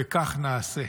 וכך נעשה".